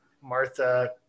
Martha